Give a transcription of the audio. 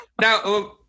Now